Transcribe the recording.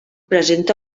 presenta